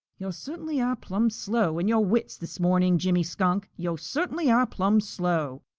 yo' cert'nly are plumb slow in your wits this morning, jimmy skunk, yo' cert'nly are plumb slow!